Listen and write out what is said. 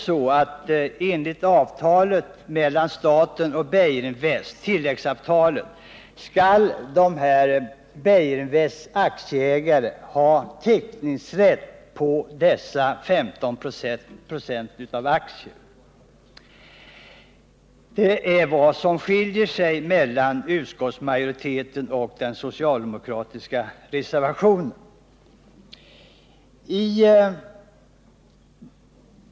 Enligt tilläggsavtalet mellan staten och Beijerinvest skall aktieägarna i Beijerinvest ha teckningsrätt på dessa 15 96 av aktierna. Detta är vad som skiljer mellan uppfattningarna i utskottsmajoritetens förslag och den socialdemokratiska reservationen.